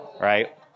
Right